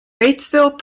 batesville